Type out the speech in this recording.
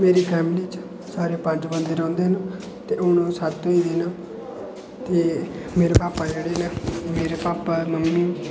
मेरी फैमिली च सारे पंज बंदे रौंह्दे न ते हून सत्त होई दे न ते मेरे भापा जेह्ड़े न मेरे भापा मम्मी